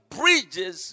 bridges